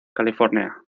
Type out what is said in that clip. california